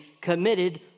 committed